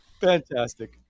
Fantastic